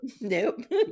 nope